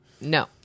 No